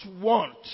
want